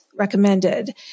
recommended